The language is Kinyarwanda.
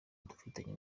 dufitanye